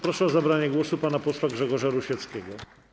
Proszę o zabranie głosu pana posła Grzegorza Rusieckiego.